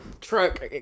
truck